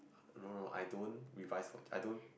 no no I don't revise for I don't